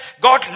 God